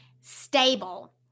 stable